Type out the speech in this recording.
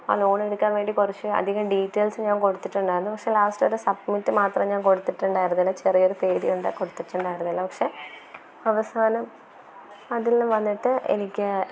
ആ ലോണെടുക്കാൻ വേണ്ടി കുറച്ച് അധികം ഡീറ്റൈൽസ് ഞാൻ കൊടുത്തിട്ടുണ്ടായിരുന്നു പക്ഷെ ലാസ്റ്റോടെ സബ്മിറ്റ് മാത്രം ഞാൻ കൊടുത്തിട്ടുണ്ടായിരുന്നില്ല ചെറിയൊരു പേടികൊണ്ട് കൊടുത്തിട്ടുണ്ടായിരുന്നില്ല പക്ഷെ അവസാനം അതിൽ വന്നിട്ട് എനിക്ക്